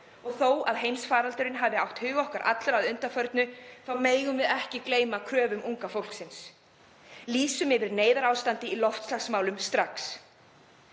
og þó að heimsfaraldur hafi átt hug okkar allra að undanförnu þá megum við ekki gleyma kröfum unga fólksins. Lýsum yfir neyðarástandi í loftslagsmálum strax.